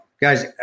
guys